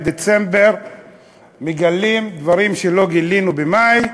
בדצמבר מגלים דברים שלא גילינו במאי: